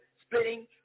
splitting